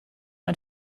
ein